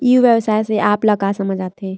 ई व्यवसाय से आप ल का समझ आथे?